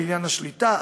וכן לעניין השליטה,